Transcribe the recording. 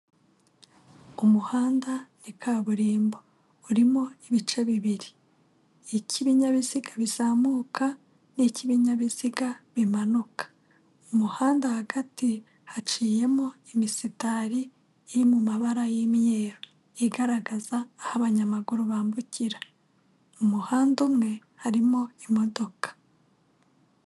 Umuhanda ni kaburimbo urimo ibice bibiri icy'ibinyabiziga bizamuka n'icy'ibinyabiziga bimanuka, umuhanda hagati haciyemo imisitari iri mu mabara y'imyeru igaragaza aho abanyamaguru bambukira, umuhanda umwe harimo imodoka.